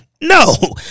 No